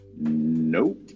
Nope